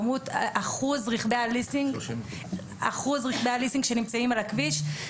אחוז רכבי הליסינג שנמצאים על הכביש.